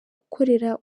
ukorera